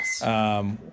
Yes